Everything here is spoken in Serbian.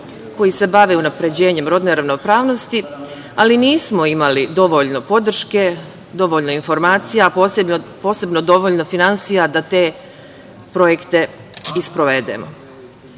koji se bave unapređenjem rodne ravnopravnosti, ali nismo imali dovoljno podrške, dovoljno informacija, a posebno dovoljno finansija da te projekte i sprovedemo. Mi